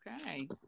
Okay